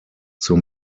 zur